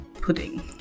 pudding